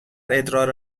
ادرار